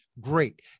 great